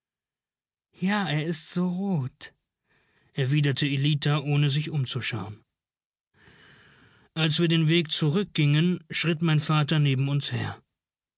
ja er ist so rot erwiderte ellita ohne sich umzuschauen als wir den weg zurückgingen schritt mein vater neben uns her